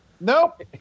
Nope